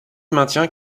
maintient